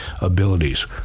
abilities